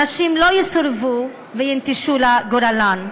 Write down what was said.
הנשים לא יסורבו ויינטשו לגורלן.